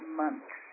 months